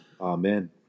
Amen